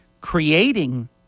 Creating